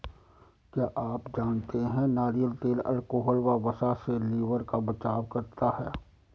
क्या आप जानते है नारियल तेल अल्कोहल व वसा से लिवर का बचाव करता है?